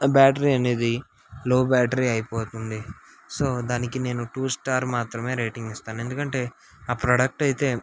battery అనేది low battery అయిపోతుంది so దానికి నేను టు స్టార్ మాత్రమే రేటింగ్ ఇస్తాను ఎందుకంటే ఆ ప్రోడక్ట్ అయితే